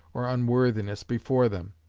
or unworthiness before them.